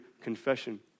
confession